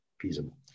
feasible